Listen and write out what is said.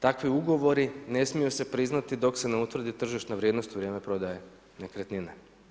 Takvi ugovori ne smiju se priznati dok se ne utvrdi tržišna vrijednost u vrijeme prodaje nekretnine.